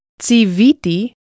C'iviti